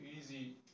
easy